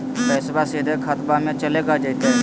पैसाबा सीधे खतबा मे चलेगा जयते?